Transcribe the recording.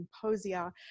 symposia